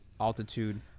altitude